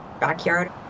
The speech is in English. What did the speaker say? backyard